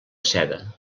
seda